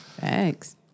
Thanks